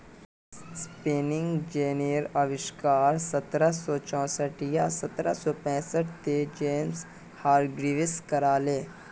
spinning जेनीर अविष्कार सत्रह सौ चौसठ या सत्रह सौ पैंसठ त जेम्स हारग्रीव्स करायले